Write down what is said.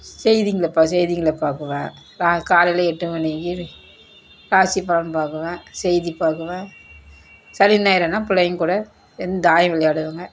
செய்திகள் செய்திகளை பார்க்குவேன் காலையில் எட்டு மணிக்கு ராசி பலன் பார்க்குவேன் செய்தி பார்க்குவேன் சனி ஞாயிறுன்னா பிள்ளைங்க கூட தாயம் விளையாடுவேங்க